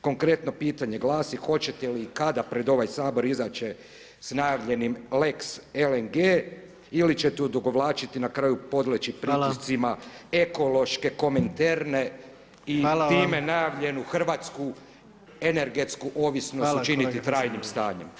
Konkretno pitanje glasi: hoćete li i kada pred ovaj Sabor izaći sa najavljenim lex lng ili ćete odugovlačiti [[Upadica Predsjednik: hvala.]] I na kraju podleći pritiscima ekološke komenterne i time najavljenu Hrvatsku energetsku ovisnost učiniti trajnim stanjem.